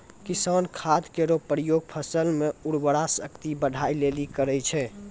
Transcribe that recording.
किसान खाद केरो प्रयोग फसल म उर्वरा शक्ति बढ़ाय लेलि करै छै